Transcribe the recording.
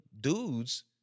dudes